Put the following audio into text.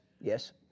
Yes